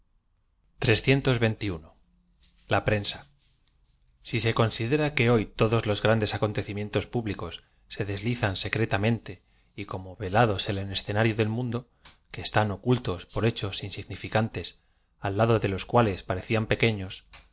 a si se considera que boy todos los grande acontecí mietos públicos se deslizan secretarne ate y como ye lados en el escenario del mundo que están ocultos por hechos insigaiñcantes al lado de los cuales pare clan pequeños